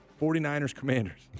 49ers-Commanders